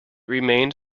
remained